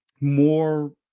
more